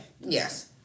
yes